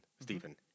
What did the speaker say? Stephen